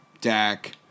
Dak